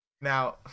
Now